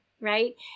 Right